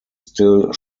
still